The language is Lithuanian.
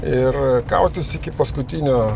ir kautis iki paskutinio